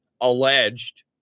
alleged